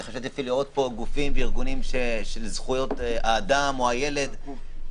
אני חשבתי לראות כאן גופים וארגונים של זכויות האדם או הילד.